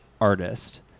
artist